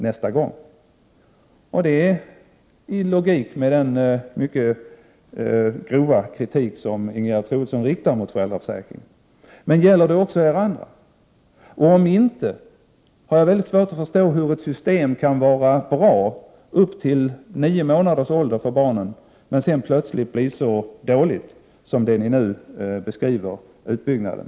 Det är helt logiskt, eftersom Ingegerd Troedsson riktar mycket grov kritik mot föräldraförsäkringen. Men gäller det också er andra? Om det inte är så, har jag väldigt svårt att förstå att ett system som kan vara bra för barn upp till nio månaders ålder plötsligt blir så dåligt — att döma av er beskrivning av utbyggnaden.